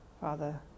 Father